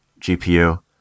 GPU